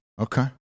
Okay